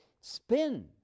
spin